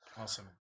Awesome